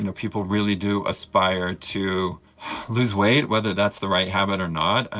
and people really do aspire to lose weight, whether that's the right habit or not. ah